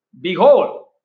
Behold